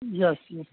yes